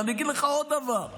אני אגיד לך עוד דבר,